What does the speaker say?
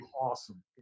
Awesome